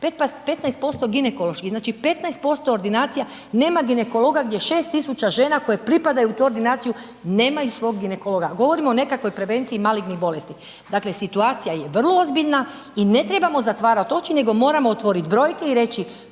15% ginekološki, znači 15% ordinacija nema ginekologa gdje 6 tisuća žena koje pripadaju toj ordinaciju nemaju svog ginekologa, a govorimo o nekakvoj prevenciji malignih bolesti. Dakle, situacija je vrlo ozbiljna i ne trebamo zatvarati oči nego moramo otvoriti brojke reći,